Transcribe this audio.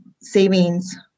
savings